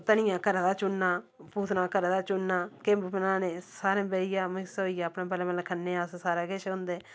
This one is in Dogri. धनियां घरा दा चुनना पूतना घरा दा चुनना केम्ब बनाने सारें बेहियै मिक्स होइयै अपने बल्लें बल्लें खन्ने आं अस सारा किश होंदे